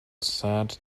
sad